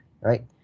Right